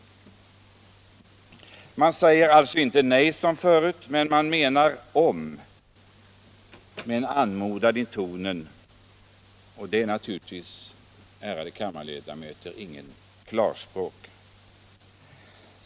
Utskottet säger alltså inte nej som förut, men man menar om — med en anmodan i tonen — och det är naturligtvis, ärade kammarledamöter, inget klarspråk.